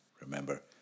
Remember